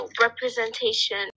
representation